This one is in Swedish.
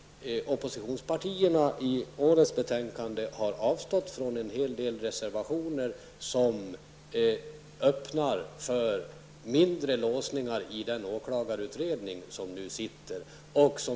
Oppositionspartierna har i årets betänkande avstått från en hel del reservationer, vilket öppnar för mindre låsningar i den åklagarutredning som nu arbetar.